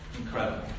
incredible